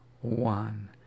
one